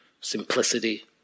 simplicity